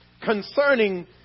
Concerning